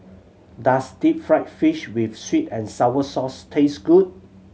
does deep fried fish with sweet and sour sauce taste good